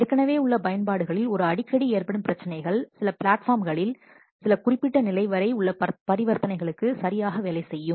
ஏற்கனவே உள்ள பயன்பாடுகளில் அடிக்கடி ஏற்படும் பிரச்சனைகள் சில பிளாட்ஃபார்மில் சில குறிப்பிட்ட நிலை வரை உள்ள பரிவர்த்தனைகளுக்கு சரியாக வேலை செய்யும்